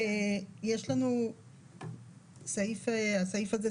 הסעיף הזה,